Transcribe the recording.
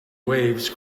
waves